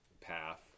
path